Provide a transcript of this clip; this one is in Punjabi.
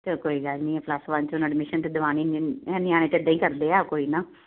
ਚਲੋ ਕੋਈ ਗੱਲ ਨਹੀਂ ਪਲੱਸ ਵਨ 'ਚ ਹੁਣ ਐਡਮਿਸ਼ਨ ਤਾਂ ਦਿਵਾਉਣੀ ਨਿਆਣੇ ਤਾਂ ਇੱਦਾਂ ਹੀ ਕਰਦੇ ਆ ਕੋਈ ਨਾ